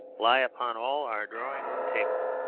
lie upon all our drawing-room tables.